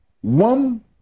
one